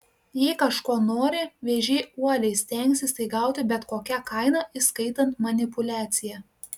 jei kažko nori vėžiai uoliai stengsis tai gauti bet kokia kaina įskaitant manipuliaciją